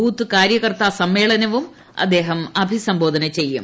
booth കാര്യകർത്താ സമ്മേളനവും അദ്ദേഹം അഭിസംബോധന ചെയ്യും